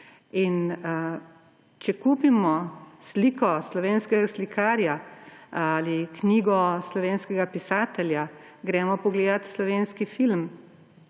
Če kupimo sliko slovenskega slikarja ali knjigo slovenskega pisatelja, gremo pogledat slovenski film,